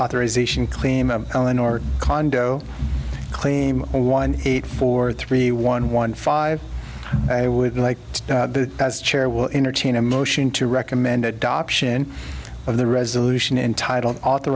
authorization claim eleanor condo claim one eight four three one one five i would like to as chair will entertain a motion to recommend adoption of the resolution entitled author